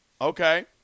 Okay